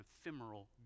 ephemeral